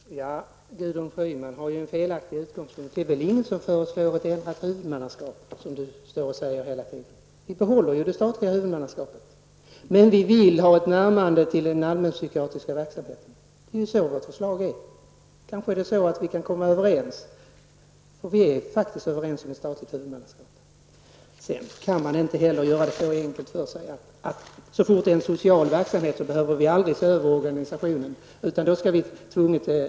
Herr talman! Gudrun Schyman har inte en riktig utgångspunkt. Det är väl ingen som föreslår ett ändrat huvudmannaskap. Men det är vad Gudrun Schyman hela tiden talar om. Det statliga huvudmannaskapet behålls ju. Däremot vill vi ha ett närmande till den allmänpsykiatriska verksamheten. Det är vad vårt förslag handlar om. Men vi kanske kan enas på den punkten. Vi är ju faktiskt överens om detta med ett statligt huvudmannaskap. Sedan vill jag framhålla att man inte kan göra det hur lätt som helst för sig och bara säga att det, så fort det är fråga om en social verksamhet, inte är nödvändigt med en översyn av organisationen och att det i stället är nya resurser som behövs.